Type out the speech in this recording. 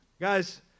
Guys